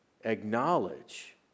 acknowledge